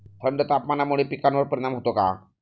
थंड तापमानामुळे पिकांवर परिणाम होतो का?